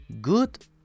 good